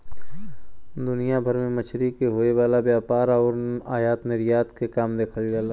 दुनिया भर में मछरी के होये वाला व्यापार आउर आयात निर्यात के काम देखल जाला